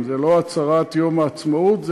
זאת לא הצהרת יום העצמאות,